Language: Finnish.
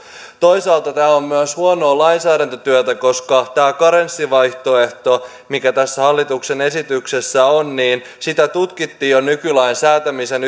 toisaalta tämä on myös huonoa lainsäädäntötyötä koska tätä karenssivaihtoehtoa mikä tässä hallituksen esityksessä on tutkittiin jo nykylain säätämisen